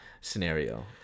scenario